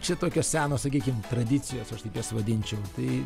čia tokios senos sakykim tradicijos aš taip jas vadinčiau tai